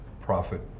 profit